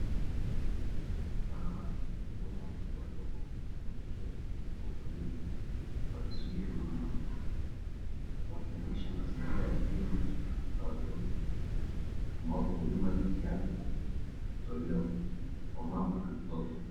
Wanawake wenye watoto wadogo wameketi kwa utulivu wakisubiri huduma, Wakionesha mazingira ya kliniki ya watoto ambapo huduma za afya hutolewa kwa mama na mtoto.